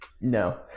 No